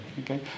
okay